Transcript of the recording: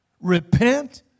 repent